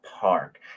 park